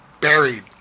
buried